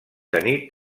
tenir